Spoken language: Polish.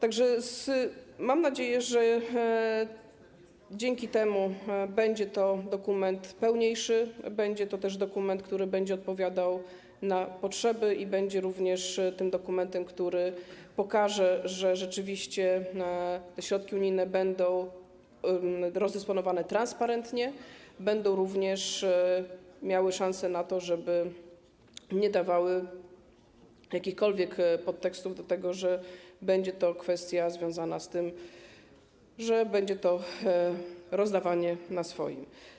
Mam zatem nadzieję, że dzięki temu będzie to dokument pełniejszy, będzie to też dokument, który będzie odpowiadał na potrzeby, i będzie również tym dokumentem, który pokaże, że rzeczywiście środki unijne będą rozdysponowane transparentnie, będą również miały szansę na to, żeby nie dawały jakichkolwiek podtekstów do tego, że będzie to kwestia związana z tym, że będzie to rozdawanie swoim.